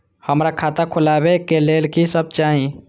हमरा खाता खोलावे के लेल की सब चाही?